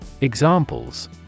examples